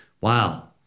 wow